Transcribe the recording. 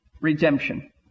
Redemption